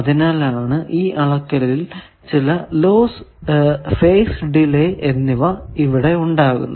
അതിനാലാണ് ഈ അളക്കലിൽ ചില ലോസ് ഫേസ് ഡിലെ എന്നിവ ഇവിടെ ഉണ്ടാകുന്നത്